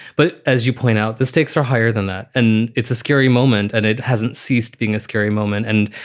but as you point out, the stakes are higher than that. and it's a scary moment and it hasn't ceased being a scary moment. and,